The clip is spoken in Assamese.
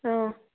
অঁ